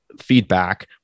feedback